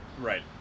Right